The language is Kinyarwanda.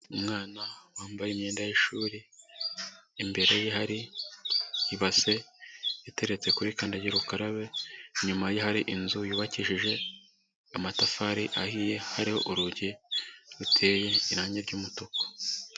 Umwana wambaye imyenda y'ishuri, imbere ye hari ibase iteretse kuri kandagira ukarabe, inyuma ye hari inzu yubakishije amatafari ahiye, hariho urugi ruteye irangi ry'umutuku.